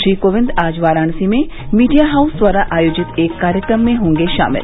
श्री कोविंद आज वाराणसी में media house द्वारा आयोजित एक कार्यक्रम में होंगे शामिल